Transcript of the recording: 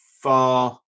far